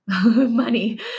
money